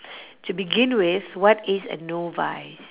to begin with what is a novice